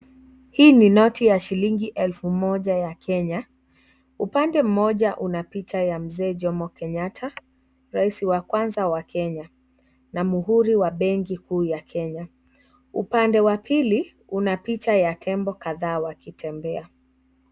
Hii ni noti ya shilingi elfu moja ya Kenya upande mmoja una picha ya mzee Jomo Kenyatta rais wa kwanza wa Kenya na Mhuri wa benki kuu ya Kenya. Upande wa pili una picha ya tembo kadhaa wakitembea.